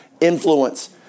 influence